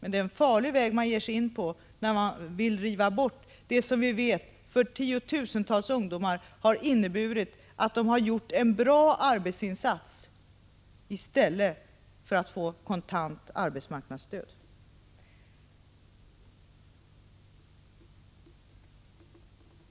Det är en farlig väg man ger sig in på när man vill riva bort det som vi vet har inneburit för tiotusentals ungdomar att de gjort en bra arbetsinsats i stället för att få kontant arbetsmarknadsstöd.